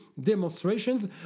demonstrations